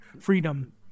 freedom